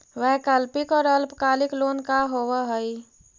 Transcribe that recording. वैकल्पिक और अल्पकालिक लोन का होव हइ?